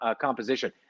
composition